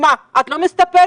מה, את לא מסתפרת?